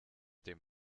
dem